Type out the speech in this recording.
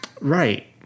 Right